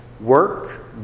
work